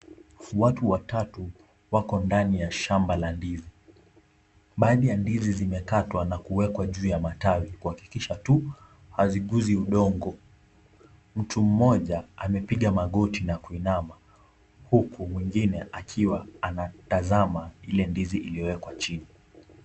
Watu watatu wako ndani ya shamba la ndizi. Baadhi ya ndizi zimekatwa na kuwekwa juu ya matawi kuhakikisha tu haziguzi udongo. Mtu mmoja amepiga magoti na kuinama huku mwingine akiwa anatazama ile ndizi iliyowekwa chini.